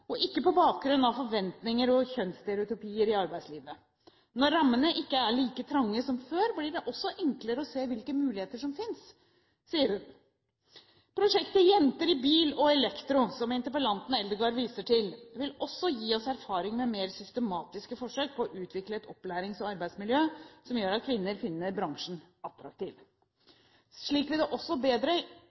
og ikke på bakgrunn av forventninger og kjønnsstereotypier i arbeidslivet». Videre sier hun: «Når rammene ikke er like trange som før, blir det også enklere å se hvilke muligheter som finnes.» Prosjektet «Jenter i bil og elektro», som interpellanten Eldegard viser til, vil også gi oss erfaring med mer systematiske forsøk på å utvikle et opplærings- og arbeidsmiljø som gjør at kvinner finner bransjen attraktiv. Slik vil de også bedre